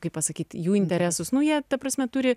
kai pasakyt jų interesus nauja ta prasme turi